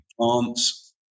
plants